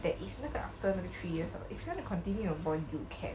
that if 那个 after 那个 three years hor if you wanna continue your bond you can